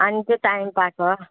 अनि त्यो टाइम पाएको